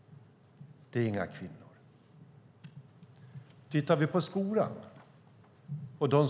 Det är inte fråga om några kvinnor.